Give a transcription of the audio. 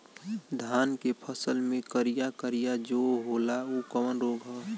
धान के फसल मे करिया करिया जो होला ऊ कवन रोग ह?